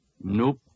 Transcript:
Nope